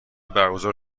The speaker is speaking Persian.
برگزار